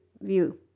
view